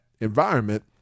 environment